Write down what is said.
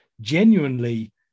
genuinely